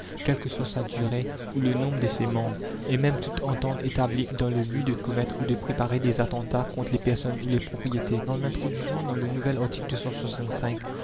quelle que soit sa durée ou le nombre de ses membres et même toute entente établie dans le but de commettre ou de préparer des attentats contre les personnes ou les propriétés en introduisant dans le nouvel article